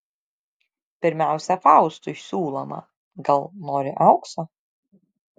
pirmiausia faustui siūloma gal nori aukso